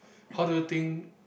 how do you think